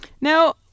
Now